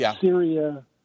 Syria